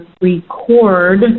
record